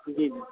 جی جی